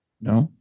No